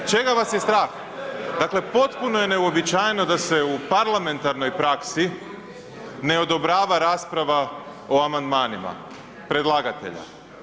Čega vas je strah, dakle potpuno je neuobičajeno da se u parlamentarnoj praksi ne odobrava rasprava o amandmanima predlagatelja.